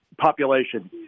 population